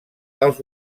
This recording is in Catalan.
als